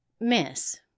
Miss